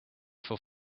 for